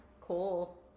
Cool